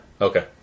Okay